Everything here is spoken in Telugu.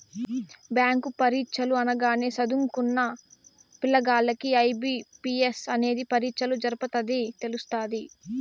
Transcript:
బ్యాంకు పరీచ్చలు అనగానే సదుంకున్న పిల్లగాల్లకి ఐ.బి.పి.ఎస్ అనేది పరీచ్చలు జరపతదని తెలస్తాది